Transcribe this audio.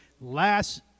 last